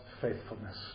faithfulness